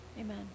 amen